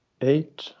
eight